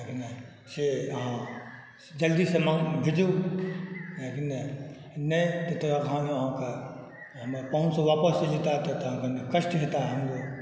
से अहाँ जल्दीसँ माँग भेजूँ नहि तऽ तखन अहाँक हमर पाहुनसभ आपस चलि जेतै तहन तऽ कष्ट होयत हमरो